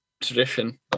tradition